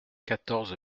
quatorze